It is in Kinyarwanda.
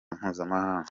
mpuzamahanga